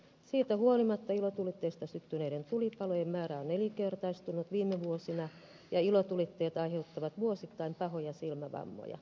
siitä huolimatta ilotulitteista syttyneiden tulipalojen määrä on nelinkertaistunut viime vuosina ja ilotulitteet aiheuttavat vuosittain pahoja silmävammoja